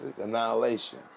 annihilation